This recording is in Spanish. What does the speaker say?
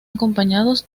acompañados